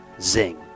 zing